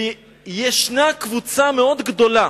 ישנה קבוצה מאוד גדולה